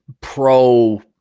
pro